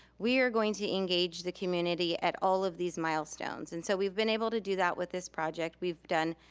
we are going to engage the community at all of these milestones. and so we've been able to do that with this project. we've done